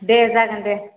दे जागोन दे